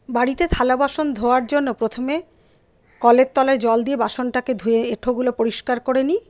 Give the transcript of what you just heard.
বাড়িতে থালা বাসন ধোয়ার জন্য প্রথমে কলের তলায় জল দিয়ে বাসনটাকে ধুয়ে এঁঠোগুলো পরিষ্কার করে নিই